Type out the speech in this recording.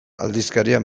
aldizkarian